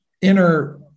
inner